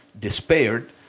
despaired